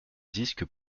disques